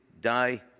die